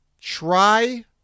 try